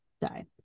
Die